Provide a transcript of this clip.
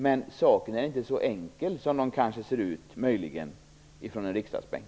Men det är inte så enkelt som det kanske ser ut från en riksdagsbänk.